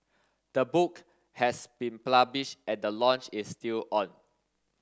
the book has been published and the launch is still on